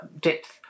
depth